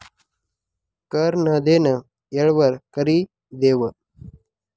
कर नं देनं येळवर करि देवं